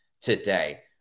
today